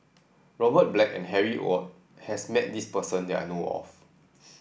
Robert Black and Harry Ord has met this person that I know of